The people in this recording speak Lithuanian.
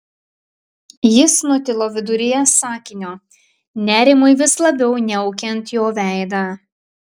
jis nutilo viduryje sakinio nerimui vis labiau niaukiant jo veidą